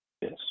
yes